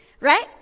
right